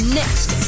next